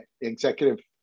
executive